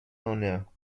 honneur